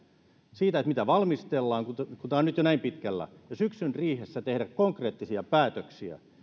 siitä mitä valmistellaan kun tämä on nyt jo näin pitkällä ja syksyn riihessä tehdä konkreettisia päätöksiä